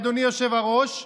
אדוני היושב-ראש,